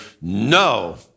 no